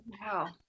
wow